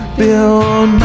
build